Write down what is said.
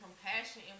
compassion